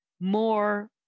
more